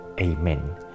amen